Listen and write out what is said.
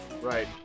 right